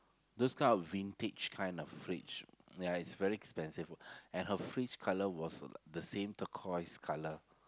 those kind of vintage kind of fridge ya it's very expensive and her fridge colour was the same turquoise colour